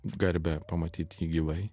garbę pamatyt jį gyvai